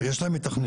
הרי יש להם מתכננים.